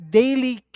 daily